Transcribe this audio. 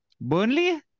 Burnley